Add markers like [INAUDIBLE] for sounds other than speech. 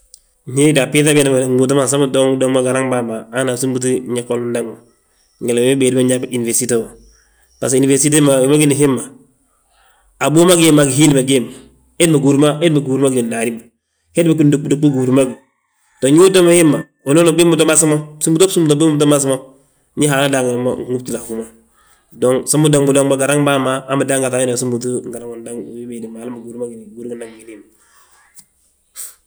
Ñe de a bbiiŧa ma de mbúuta ma sam bidomandoman garaŋn bàa ma, hana súmbuuti eggoli undaŋ ma. Njali wii béede binyaa bo inifersite wo, bbasgo inifersite ma wi ma gíni hemma; Abów ma géd ma gihiili ma geed ma, hemma gihúri gí ndaani ma, hed ma wi gindúɓi gindúɓi gihúri ma gẃi. Mbon ndi we [NOISE] too mo hemma winooni ubin to mas mo, bsúmbuuto bsúmbuuti ubin to mas mo, ndi Haala daangina mo binhúbtile a hú ma. Dong sam bindonɓudonɓa garaŋn bàa ma han, bindan gaŧa a wina súmbuuti garaŋ undaŋ wii béedi ma, hala ma gihúri ma gíni, gihúri gindaŋ gina hemma.